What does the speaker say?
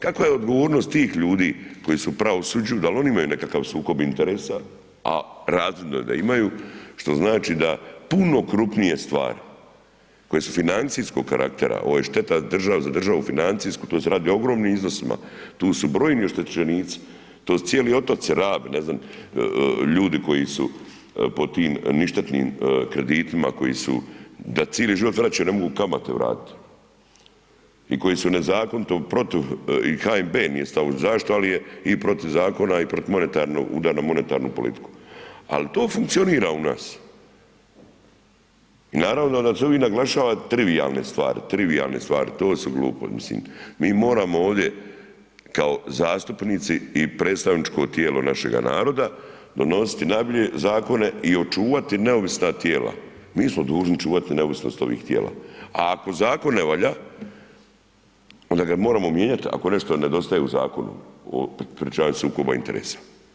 Kakva je odgovornost tih ljudi koji su u pravosuđu, da li oni imaju nekakav sukob interesa, a razvidno je da imaju, što znači da puno krupnije stvari koje su financijskog karaktera, ovo je šteta za državu, financijsku, tu se radi o ogromnim iznosima, tu su brojni oštećenici, to su cijeli otoci Rab, ne znam, ljudi koji su pod tim ništetnim kreditima, koji su, da cili život vraćaju, ne mogu kamate vratit i koji su nezakonito protu i HNB nije stao u zaštitu, ali je i protiv zakona i protiv monetarno, udarno monetarno politiku, al to funkcionira u nas i naravno da se ovim naglašava trivijalne stvari, trivijalne stvari, to su glupo, mislim, mi moramo ovdje kao zastupnici i predstavničko tijelo našega naroda donositi najbolje zakone i očuvati neovisna tijela, mi smo dužni čuvati neovisnost ovih tijela, a ako zakon ne valja, onda ga moramo mijenjat ako nešto nedostaje u Zakonu o sprječavanju sukoba interesa.